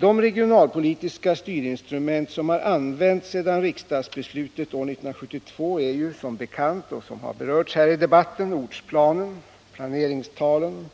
De regionalpolitiska styrinstrument som har använts sedan riksdagsbeslutet 1972 är som bekant, vilket har berörts i debatten, ortsplanerna, planeringstalen